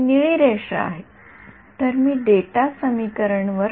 ५ त्रिज्या आहे म्हणून मी डेटा समीकरणास स्पर्श करेपर्यंत मी हे वाढवत आहे